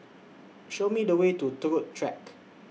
Show Me The Way to Turut Track